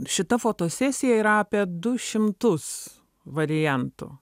šita fotosesija yra apie du šimtus variantų